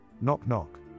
knock-knock